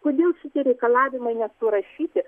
kodėl šitie reikalavimai nesurašyti